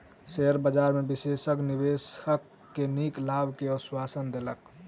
share बजार में विशेषज्ञ निवेशक के नीक लाभ के आश्वासन देलक